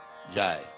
Jai